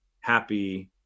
happy